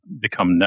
become